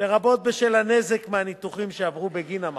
לרבות בשל הנזק מהניתוחים שעברו בגין המחלה.